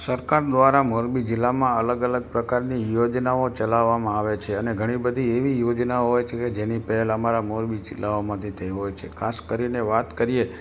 સરકાર દ્વારા મોરબી જિલ્લામાં અલગ અલગ પ્રકારની યોજનાઓ ચલાવવામાં આવે છે અને ઘણી બધી એવી યોજનાઓ હોય છે કે જેની પહેલ અમારા મોરબી જિલ્લાઓમાંથી થઇ હોય છે ખાસ કરીને વાત કરીએ